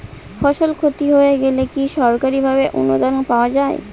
ফসল ক্ষতি হয়ে গেলে কি সরকারি ভাবে অনুদান পাওয়া য়ায়?